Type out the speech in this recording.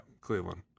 Cleveland